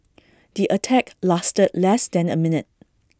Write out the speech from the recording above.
the attack lasted less than A minute